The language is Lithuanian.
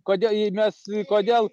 kodėl jai mes kodėl